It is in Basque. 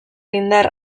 indar